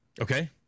Okay